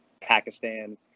Pakistan